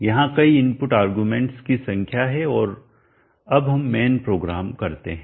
यहां कई input arguments की संख्या है और अब हम मैन प्रोग्राम करते हैं